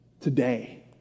today